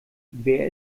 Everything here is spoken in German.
wer